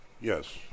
Yes